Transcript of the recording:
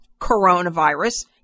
coronavirus